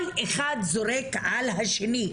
כל אחד זורק על השני.